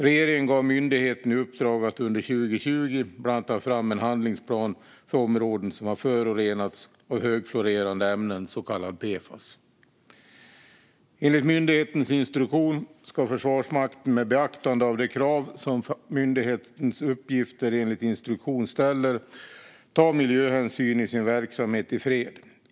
Regeringen gav myndigheten i uppdrag att under 2020 bland annat ta fram en handlingsplan för områden som har förorenats av högfluorerade ämnen, så kallade PFAS. Enligt myndighetens instruktion ska Försvarsmakten, med beaktande av de krav som myndighetens uppgifter enligt instruktionen ställer, ta miljöhänsyn i sin verksamhet i fred.